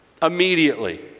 immediately